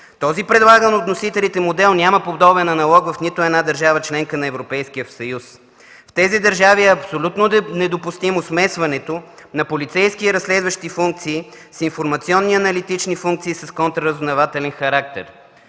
Този предлаган от вносителите модел няма подобен аналог в нито една държава – членка на Европейския съюз. В тези държави е абсолютно недопустимо смесването на полицейски и разследващи функции с информационни и аналитични функции с контраразузнавателен характер.